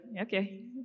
okay